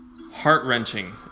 heart-wrenching